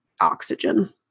oxygen